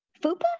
fupa